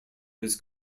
was